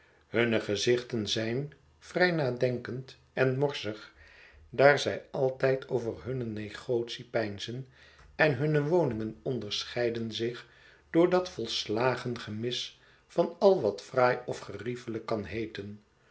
hunne gezichten zijn vrij nadenkend en morsig daar zij altijd over hunne negotie peinzen en hunne woningen onderscheiden zich door dat volslagen gemis van al wat fraai of geriefelijk kan heeten